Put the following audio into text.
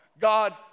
God